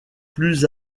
plus